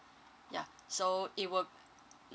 ya so it will mm